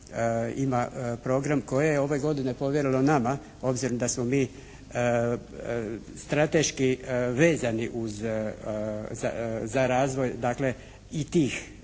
ima program koje je ove godine povjerilo nama obzirom da smo mi strateški vezani uz, za razvoj dakle